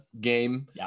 game